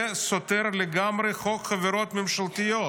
זה סותר לגמרי את חוק החברות הממשלתיות.